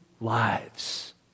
lives